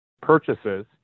purchases